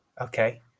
okay